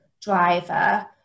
driver